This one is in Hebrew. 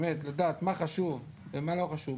באמת לדעת מה חשוב ומה לא חשוב,